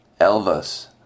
Elvis